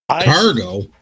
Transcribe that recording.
Cargo